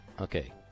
Okay